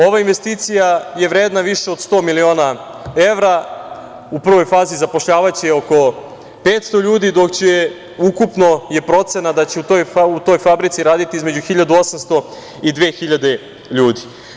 Ova investicija je vredna više od 100 miliona evra, u prvoj fazi zapošljavaće oko 500 ljudi, dok je ukupno procena da će u toj fabrici raditi između 1.800 i 2.000 ljudi.